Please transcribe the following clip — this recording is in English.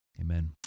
Amen